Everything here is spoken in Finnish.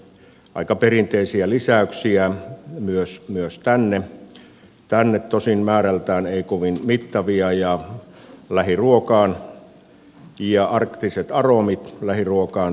aika perinteisiä lisäyksiä myös tänne tosin määrältään ei kovin mittavia ja lähiruokaan